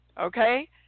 Okay